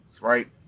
right